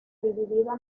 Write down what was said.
dividida